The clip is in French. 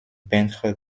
peintre